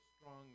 strong